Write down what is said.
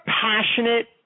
passionate